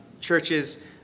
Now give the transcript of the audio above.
churches